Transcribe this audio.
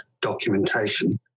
documentation